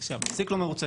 שהמעסיק לא מרוצה,